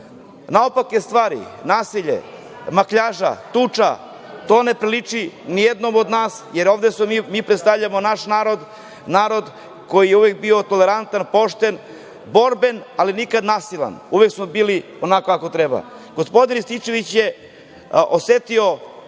Naopake stvari, nasilje, makljaža, tuča, to ne priliči ni jednom od nas, jer ovde predstavljamo naš narod, narod koji je uvek bio tolerantan, pošten, borben, ali nikad nasilan. Uvek smo bili onako kako treba. Gospodin Rističević je osetio